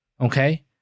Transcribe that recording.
okay